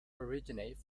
originate